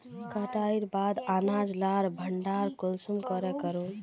कटाईर बाद अनाज लार भण्डार कुंसम करे करूम?